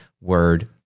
word